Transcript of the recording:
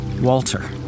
Walter